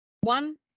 One